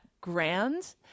grand